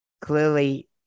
clearly